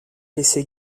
laisser